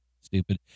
Stupid